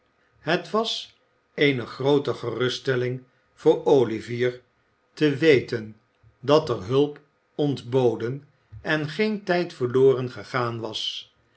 het was eene groote geruststelling voor olivier te weten dat er hulp ontboden en geen tijd verloren gegaan was